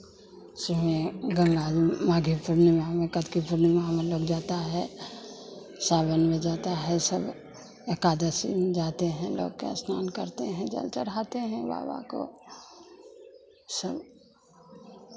में गंगा जी में माघी पूर्णिमा में नहाने कार्तिकी पूर्णिमा में लोग जाता है सावन में जाता है सब एकादशी में जाते हैं लोग के स्नान करते हैं जल चढ़ाते हैं बाबा को सब